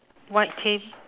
white okay